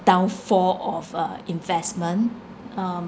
downfall of uh investment um